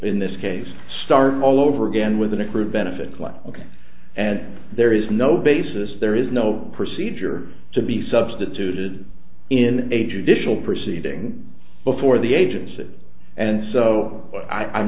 in this case start all over again with an accrued benefit ok and there is no basis there is no procedure to be substituted in a judicial proceeding before the agency and so i